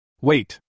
Wait